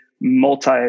multi